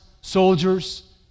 soldiers